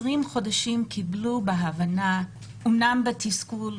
20 חודשים קיבלו בהבנה אמנם בתסכול,